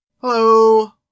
Hello